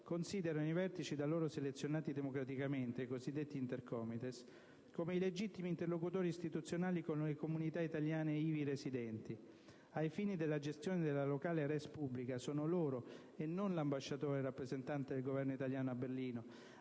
considerano i vertici da loro selezionati democraticamente, i cosiddetti Intercomites, come i legittimi interlocutori istituzionali delle comunità italiane ivi residenti. Ai fini della gestione della locale *res publica* sono loro e non l'ambasciatore rappresentante del Governo italiano a Berlino